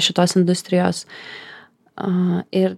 šitos industrijos a ir